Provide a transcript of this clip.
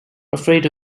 afraid